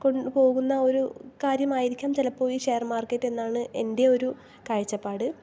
കൊണ്ട് പോകുന്ന ഒരു കാര്യമായിരിക്കാം ചിലപ്പോൾ ഈ ഷെയർ മാർക്കെറ്റെന്നാണ് എൻ്റെ ഒരു കാഴ്ചപ്പാട്